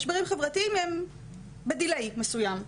משברים חברתיים הם ב-delay מסוים.